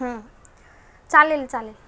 हूं चालेल चालेल